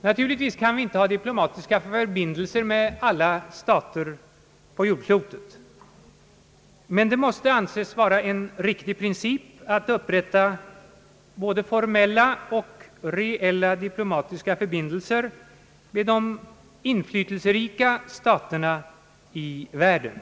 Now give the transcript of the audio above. Naturligtvis kan vi inte ha diplomatiska förbindelser med alla stater på jordklotet, men det måste anses vara en riktig princip att upprätta både formella och reella diplomatiska förbindelser med de inflytelserika staterna i världen.